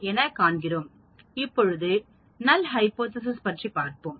என காண்கிறேன் இப்பொழுது நல் ஹைபோதேசிஸ் பற்றி பார்ப்போம்